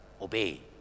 obey